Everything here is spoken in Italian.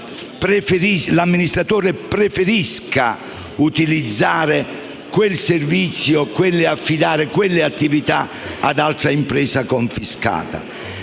l'amministratore preferisca utilizzare quel servizio ed affidare quelle attività ad altra impresa confiscata.